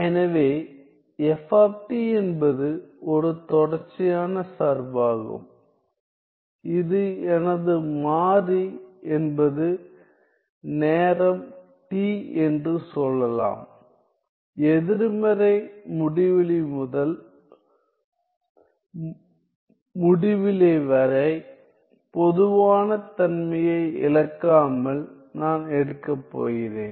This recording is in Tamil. எனவே f என்பது ஒரு தொடர்ச்சியான சார்பாகும் இது எனது மாறி என்பது நேரம் t என்று சொல்லலாம் எதிர்மறை முடிவிலி முதல் முடிவிலி வரை பொதுவான தன்மையை இழக்காமல் நான் எடுக்கப் போகிறேன்